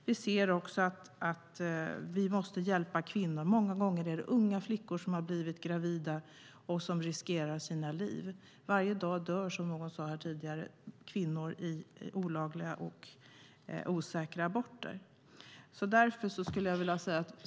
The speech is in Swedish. Vi anser också att vi måste hjälpa kvinnor. Många gånger är det unga flickor som har blivit gravida och som riskerar sina liv. Varje dag dör kvinnor i olagliga och osäkra aborter.